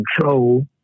control